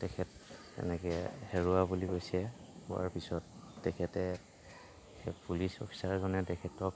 তেখেত এনেকৈ হেৰুৱা বুলি কৈছে কোৱাৰ পিছত তেখেতে পুলিচ অফিচাৰজনে তেখেতক